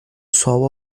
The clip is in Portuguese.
sol